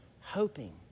hoping